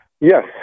Yes